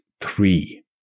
three